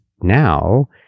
now